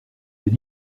des